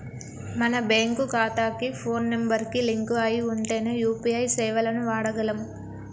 మన బ్యేంకు ఖాతాకి phone number కి లింక్ అయ్యి ఉంటేనే యూ.పీ.ఐ సేవలను వాడగలం